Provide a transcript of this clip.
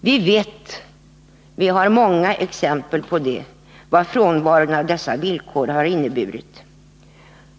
Vi vet—vi har många exempel på det — vad frånvaron av dessa villkor har inneburit.